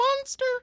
monster